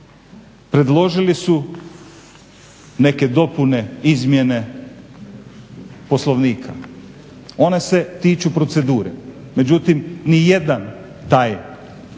predložili su neke dopune, izmjene Poslovnika. One se tiču procedure. Međutim, nijedan taj